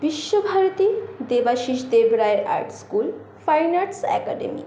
বিশ্বভারতী দেবাশিষ দেব রায়ের arts school fine arts academy